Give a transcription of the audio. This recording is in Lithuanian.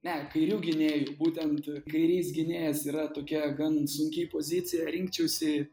ne kairiu gynėju būtent kairys gynėjas yra tokia gan sunki pozicija rinkčiausi